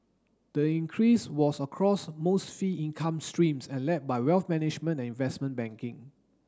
the increase was across most fee income streams and led by wealth management and investment banking